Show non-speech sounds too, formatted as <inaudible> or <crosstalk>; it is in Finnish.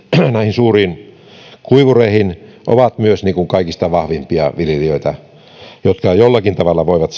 suuriin kuivureihin ovat myös kaikista vahvimpia viljelijöitä jotka jollakin tavalla voivat <unintelligible>